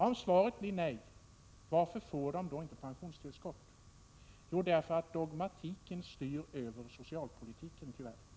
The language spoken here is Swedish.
Om svaret blir nej, vill jag fråga varför de då inte får pensionstillskott. Svaret blir: Jo, därför att dogmatiken — tyvärr — styr över socialpolitiken.